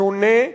שונה,